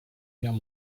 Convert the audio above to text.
guerre